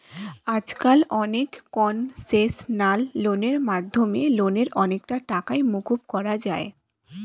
আজকাল অনেক কনসেশনাল লোনের মাধ্যমে লোনের অনেকটা টাকাই মকুব করা যায়